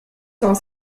cent